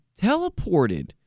teleported